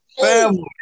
Family